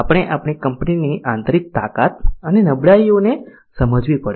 આપણે આપણી કંપનીની આંતરિક તાકાત અને નબળાઈઓને સમજવી પડશે